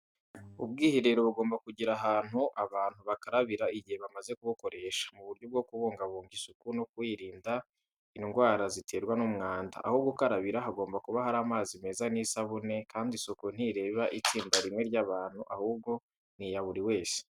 Ubwiherero bugomba kugira ahantu abantu bakarabira igihe bamaze kubukoresha, mu buryo bwo kubungabunga isuku no kwirinda indwara ziterwa n'umwanda, aho gukarabira hagomba kuba hari amazi meza n'isabune, kandi isuku ntireba itsinda rimwe ry'abantu ahubwo ni iya buri wese.